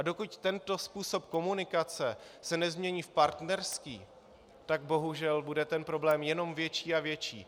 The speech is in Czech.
Dokud se tento způsob komunikace nezmění v partnerský, tak bohužel bude ten problém jen větší a větší.